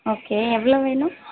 okay எவ்வளோ வேணும்